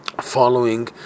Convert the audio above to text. following